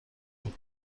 بود